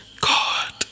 god